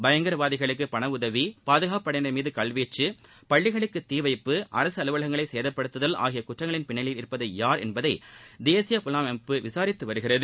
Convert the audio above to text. பயங்கரவாதிகளுக்கு பண உதவி பாதுகாப்பு படையினர் மீது கல்வீச்சு பள்ளிகளுக்கு தீவைப்பு அரசு அலுவலகங்களை சேதப்படுத்துதல் ஆகிய குற்றங்களின் பின்னணியில் இருப்பது யார் என்பதை தேசிய புலனாய்வு அமைப்பு விசாரித்து வருகிறது